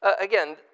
again